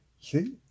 See